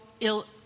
ill